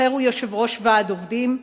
אחר הוא יושב-ראש ועד עובדים,